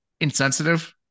insensitive